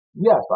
Yes